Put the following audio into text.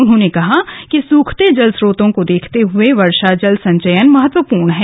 उन्होंने कहा कि सूखते जलस्रोतों को देखते हुए वर्षा जल संचयन महत्वपूर्ण है